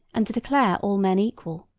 and to declare all men equal.